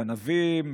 גנבים,